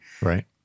right